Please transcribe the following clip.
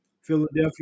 Philadelphia